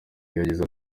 yagize